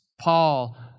Paul